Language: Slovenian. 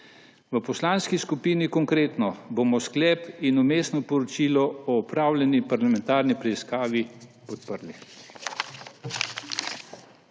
V Poslanski skupini Konkretno bomo sklep in vmesno poročilo o opravljeni parlamentarni preiskavi podprli.